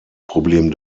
problem